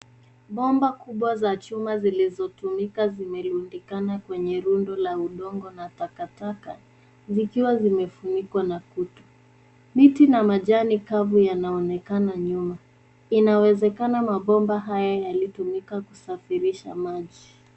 Bomba kubwa za chuma zilizotumika zimerundikana kwenye rundo la udongo na takataka zikiwa zimefunikwa na kutu. Miti na majani kavu yanaonekana nyuma. Inawezekana mabomba haya yalitumika kusafirisha maji.